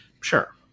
Sure